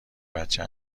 بچه